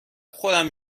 خودم